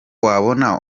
wabona